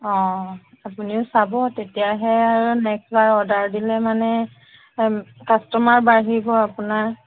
অঁ আপুনিও চাব তেতিয়াহে আৰু নেক্সট বাৰ অৰ্ডাৰ দিলে মানে কাষ্টমাৰ বাঢ়িব আপোনাৰ